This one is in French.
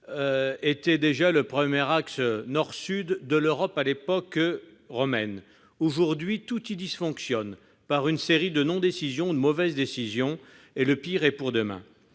était déjà le premier axe nord-sud de l'Europe à l'époque romaine. Aujourd'hui, tout y dysfonctionne, en raison d'une série de non-décisions ou de mauvaises décisions ; et le pire est pour demain.